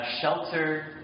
shelter